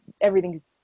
everything's